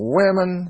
women